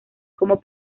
como